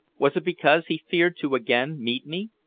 was it because he feared to again meet me?